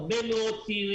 היו שם הרבה מאוד צעירים,